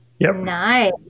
Nice